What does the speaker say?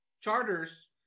charters